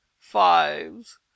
fives